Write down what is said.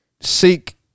seek